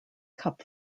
cup